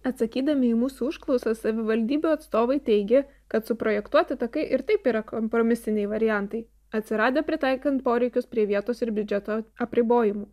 atsakydami į mūsų užklausas savivaldybių atstovai teigė kad suprojektuoti takai ir taip yra kompromisiniai variantai atsiradę pritaikant poreikius prie vietos ir biudžeto apribojimų